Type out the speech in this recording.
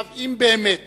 אם באמת